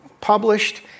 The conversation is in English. published